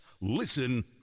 Listen